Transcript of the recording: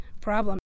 problem